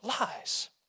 lies